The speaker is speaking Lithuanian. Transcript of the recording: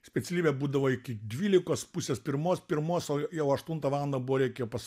specialybė būdavo iki dvylikos pusės pirmos pirmos o jau aštuntą valandą buvo reikia pas